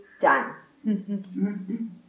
done